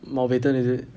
mountbatten is it